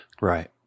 Right